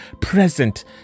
present